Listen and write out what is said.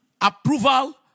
approval